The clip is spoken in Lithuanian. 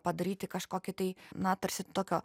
padaryti kažkokį tai na tarsi tokio